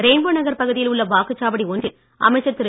rainbow நகர் பகுதியில் உள்ள வாக்குச் சாவடி ஒன்றில் அமைச்சர் திரு